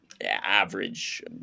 average